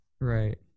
Right